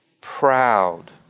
proud